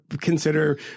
consider